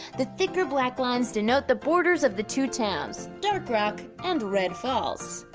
the thicker black lines denote the borders of the two towns, dark rock and red falls.